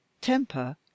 temper